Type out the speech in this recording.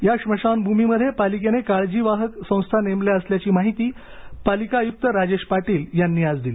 या स्मशानभूमीमध्ये पालिकेने काळजी वाहक संस्था नेमल्या असल्याची माहिती पालिका आयुक्त राजेश पाटील यांनी आज दिली